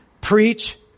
preach